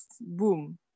boom